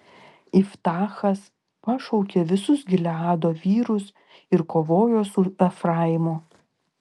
iftachas pašaukė visus gileado vyrus ir kovojo su efraimu